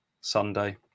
Sunday